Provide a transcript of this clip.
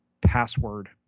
password